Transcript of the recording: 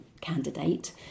candidate